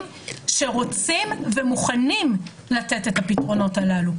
שרוצים ומוכנים לתת את הפתרונות הללו,